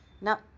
Now